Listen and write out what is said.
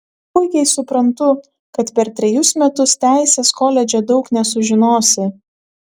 puikiai suprantu kad per trejus metus teisės koledže daug nesužinosi